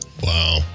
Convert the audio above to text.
Wow